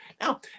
Now